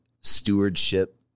stewardship